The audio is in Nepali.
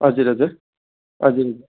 हजुर हजुर हजुर